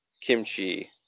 kimchi